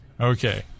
Okay